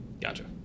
Gotcha